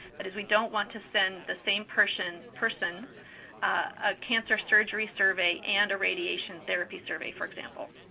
that is, we don't want to send the same person person a cancer surgery survey and a radiation therapy survey, for example.